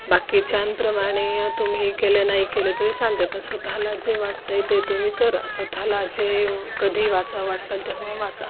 बाकीच्यांप्रमाणे तुम्ही केलं नाही केलं तरी चालते पण स्वतःला जे वाटतं आहे ते तुम्ही करा स्वतःला जे कधी वाचा वाटेल तेव्हा वाचा